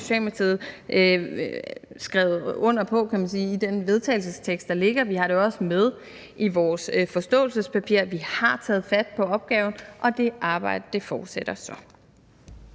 skrevet under på, kan man sige, i det forslag til vedtagelse, der ligger. Vi har det også med i vores forståelsespapir. Vi har taget fat på opgaven, og det arbejde fortsætter så.